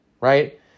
right